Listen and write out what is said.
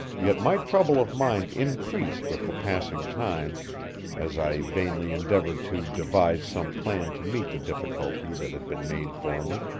yet my trouble of mind increased with the passing time as i vainly endeavored to devise some plan to meet the difficulty that had been made for me.